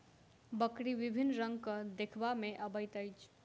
बकरी विभिन्न रंगक देखबा मे अबैत अछि